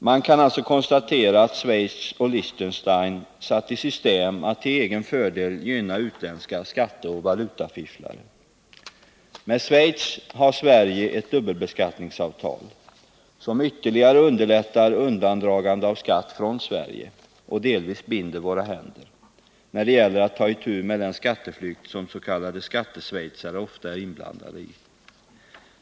Man kan alltså konstatera att Schweiz och Liechtenstein har satt i system att till egen fördel gynna utländska skatteoch valutafifflare. Med Schweiz har Sverige ett dubbelbeskattningsavtal, som ytterligare underlättar undandragande av skatt från Sverige och delvis binder våra händer när det gäller att ta itu med den skatteflykt som s.k. skatteschweizare ofta är inblandade i.